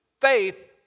Faith